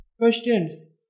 Questions